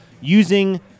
using